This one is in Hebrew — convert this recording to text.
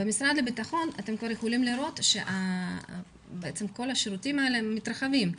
במשרד הביטחון אתם יכולים לראות שכל השירותים האלה מתרחבים.